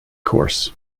course